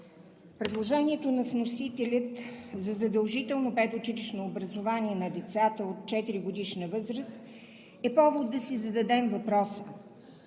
Предложението на вносителя за задължително предучилищно образование на децата от 4-годишна възраст е повод да си зададем въпроса: